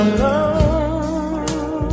love